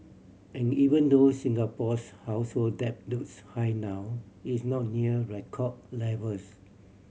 and even though Singapore's household debt looks high now it's not near record levels